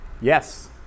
Yes